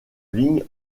ligne